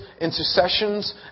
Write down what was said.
intercessions